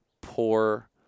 poor